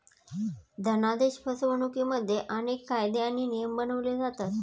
धनादेश फसवणुकिमध्ये अनेक कायदे आणि नियम बनवले जातात